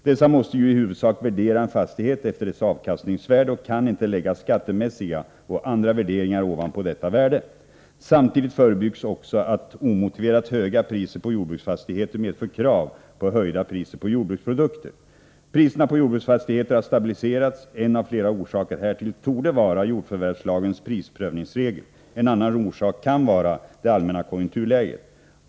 Dessa måste ju i huvudsak värdera en fastighet efter dess avkastningsvärde och kan inte lägga skattemässiga och andra värderingar ovanpå detta värde. Samtidigt förebyggs också att omotiverat höga priser på jordbruksfastigheter medför krav på höjda priser på jordbruksprodukter. Priserna på jordbruksfastigheter har stabiliserats. En av flera orsaker härtill torde vara jordförvärvslagens prisprövningsregel. En annan orsak kan vara det allmänna konjunkturläget.